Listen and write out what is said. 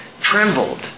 trembled